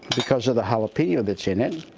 because of the jalapeno that's in it.